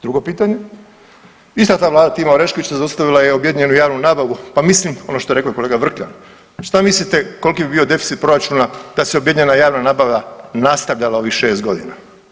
Drugo pitanje, ista ta vlada Tima Oreškovića zaustavila je objedinjenu javnu nabavu pa mislim ono što je rekao kolega Vrkljan, šta mislite koliki bi bio deficit proračuna da se objedinjena javna nabava nastavljala ovih šest godina?